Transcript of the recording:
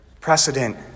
precedent